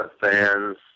fans